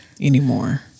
anymore